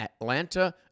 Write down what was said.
Atlanta